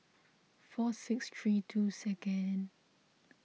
four six three two second